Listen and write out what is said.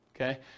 okay